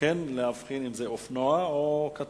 צריך להבחין אם זה אופנוע או קטנוע,